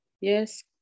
Yes